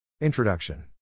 Introduction